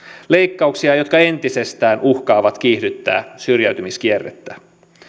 leikkauksia jotka entisestään uhkaavat kiihdyttää syrjäytymiskierrettä